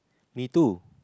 me too